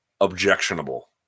objectionable